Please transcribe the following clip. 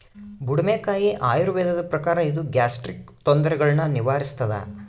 ಬುಡುಮೆಕಾಯಿ ಆಯುರ್ವೇದದ ಪ್ರಕಾರ ಇದು ಗ್ಯಾಸ್ಟ್ರಿಕ್ ತೊಂದರೆಗುಳ್ನ ನಿವಾರಿಸ್ಥಾದ